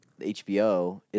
HBO